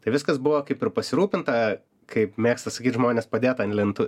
tai viskas buvo kaip ir pasirūpinta kaip mėgsta sakyt žmonės padėta ant lent